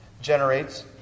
generates